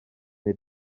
neu